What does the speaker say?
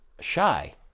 shy